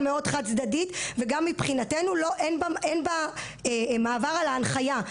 מאוד חד צדדית וגם מבחינתנו אין בה מעבר על ההנחיה.